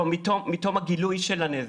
לא, מתום הגילוי של הנזק.